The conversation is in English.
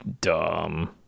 dumb